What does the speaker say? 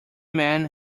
men